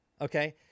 okay